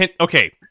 okay